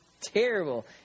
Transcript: terrible